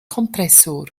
kompressor